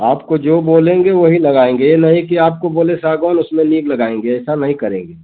आपको जो बोलेंगे वो ही लगाएँगे ये नहीं की आपको बोले सागौन उसमें नीम लगाएँगे ऐसा नहीं करेंगे